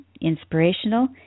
inspirational